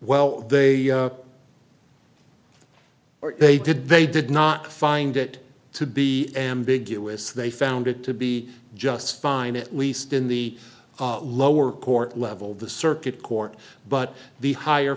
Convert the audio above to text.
well they or they did they did not find it to be ambiguous they found it to be just fine at least in the lower court level the circuit court but the higher